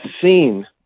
seen